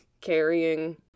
carrying